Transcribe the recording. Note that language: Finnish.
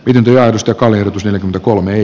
nykyään joka oli yksi l kolme